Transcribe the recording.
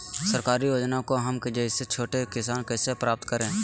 सरकारी योजना को हम जैसे छोटे किसान कैसे प्राप्त करें?